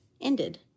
ended